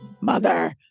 mother